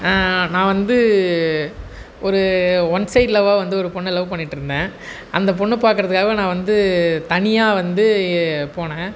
நான் வந்து ஒரு ஒன் சைட் லவ்வா வந்து ஒரு பொண்ணை லவ் பண்ணிட்டுருந்தேன் அந்த பொண்ணை பார்க்குறதுக்காகவே நான் வந்து தனியாக வந்து போனேன